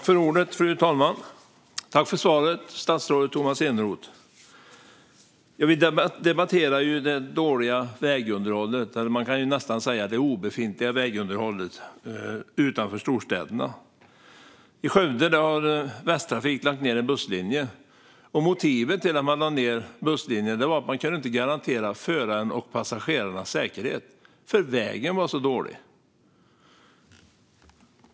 Fru talman! Jag tackar för svaret, statsrådet Tomas Eneroth. Vi debatterar det dåliga vägunderhållet, det nästan obefintliga vägunderhållet, utanför storstäderna. I Skövde har Västtrafik lagt ned en busslinje. Motivet när man lade ned busslinjen var att man inte kunde garantera förarens och passagerarnas säkerhet eftersom vägen var så dålig.